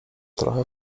trochę